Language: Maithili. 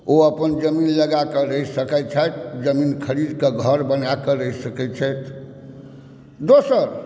ओ अपन ज़मीन लगाकेॅं रहि सकै छथि ज़मीन ख़रीदकेॅं घर बनाकेॅं रहि सकै छथि दोसर